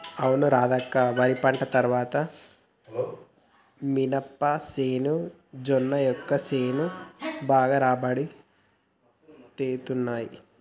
అవును రాధక్క వరి పంట తర్వాత మినపసేను మొక్కజొన్న సేను బాగా రాబడి తేత్తున్నయ్